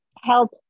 help